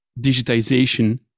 digitization